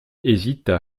hésitent